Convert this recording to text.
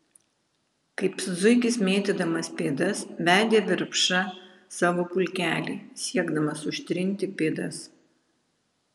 kaip zuikis mėtydamas pėdas vedė virpša savo pulkelį siekdamas užtrinti pėdas